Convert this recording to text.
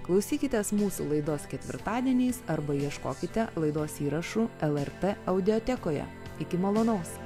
klausykitės mūsų laidos ketvirtadieniais arba ieškokite laidos įrašų lrt audiotekoje iki malonaus